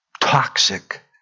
toxic